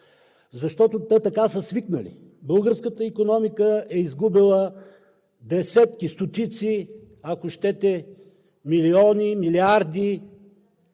защото те така са свикнали. Българската икономика е изгубила десетки, стотици, ако щете, милиони, милиарди